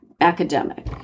academic